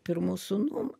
pirmu sūnum